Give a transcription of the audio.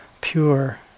pure